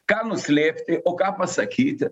ką nuslėpti o ką pasakyti